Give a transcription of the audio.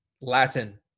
Latin